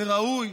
וראוי